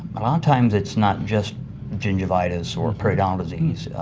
a lot of times it's not just gingivitis or periodontal disease,